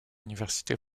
université